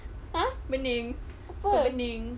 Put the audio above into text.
!huh! apa